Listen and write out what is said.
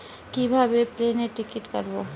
কিভাবে প্লেনের টিকিট কাটব?